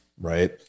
right